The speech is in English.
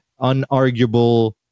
unarguable